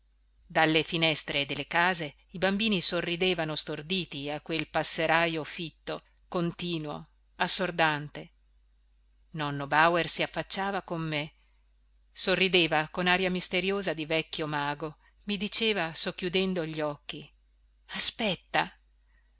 dalle finestre delle case i bambini sorridevano storditi a quel passerajo fitto continuo assordante nonno bauer si affacciava con me sorrideva con aria misteriosa di vecchio mago mi diceva socchiudendo gli occhi aspetta